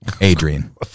Adrian